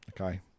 Okay